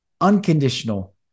unconditional